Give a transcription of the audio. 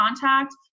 contact